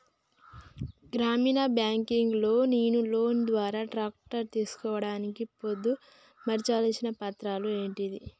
గ్రామీణ బ్యాంక్ లో నేను లోన్ ద్వారా ట్రాక్టర్ తీసుకోవడానికి పొందు పర్చాల్సిన పత్రాలు ఏంటివి?